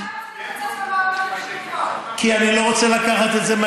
למה הם רוצים לקצץ במעונות